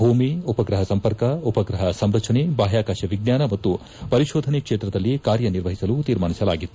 ಭೂಮಿ ಉಪಗ್ರಹ ಸಂಪರ್ಕ ಉಪಗ್ರಹ ಸಂರಚನೆ ಬಾಹ್ಯಾಕಾಶ ವಿಜ್ಞಾನ ಮತ್ತು ಪರಿಶೋಧನೆ ಕ್ಷೇತ್ರದಲ್ಲಿ ಕಾರ್ಯನಿರ್ವಹಿಸಲು ತೀರ್ಮಾನಿಸಲಾಗಿತ್ತು